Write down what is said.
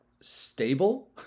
stable